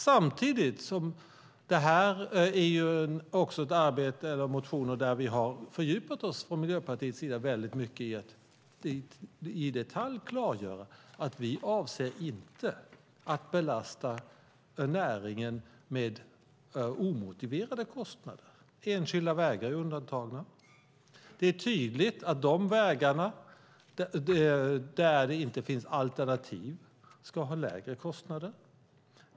Samtidigt är det här motioner där vi från Miljöpartiets sida har fördjupat oss mycket i att i detalj klargöra att vi inte avser att belasta näringen med omotiverade kostnader. Enskilda vägar är undantagna. Det är tydligt att de vägar där det inte finns alternativ ska ha lägre kostnader.